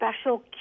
special